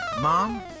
Mom